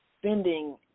spending